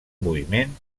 moviment